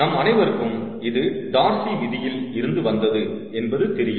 நம் அனைவருக்கும் இது டார்சி விதியில் Darcy's Law இருந்து வந்தது என்பது தெரியும்